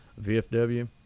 VFW